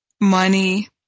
money